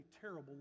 terrible